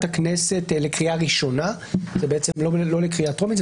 הכנסת לקריאה ראשונה ולא לקריאה טרומית.